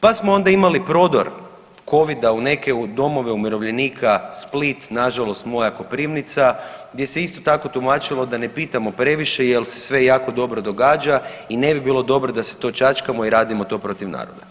Pa smo onda imali prodor Covida u neke domove umirovljenika, Split, nažalost, moja Koprivnica, gdje se isto tako, tumačilo da ne pitamo previše jer se sve jako dobro događa i ne bi bilo dobro da se to čačkamo i radimo to protiv naroda.